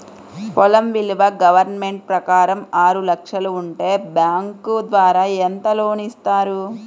పొలం విలువ గవర్నమెంట్ ప్రకారం ఆరు లక్షలు ఉంటే బ్యాంకు ద్వారా ఎంత లోన్ ఇస్తారు?